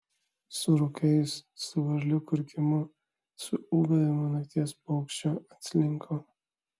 su rūkais su varlių kurkimu su ūbavimu nakties paukščio atslinko